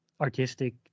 artistic